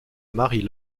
marie